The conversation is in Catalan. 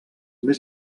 més